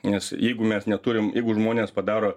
nes jeigu mes neturim jeigu žmonės padaro